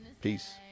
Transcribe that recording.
Peace